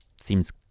seems